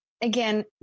Again